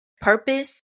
purpose